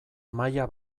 maila